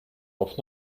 auf